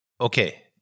Okay